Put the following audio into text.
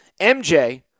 MJ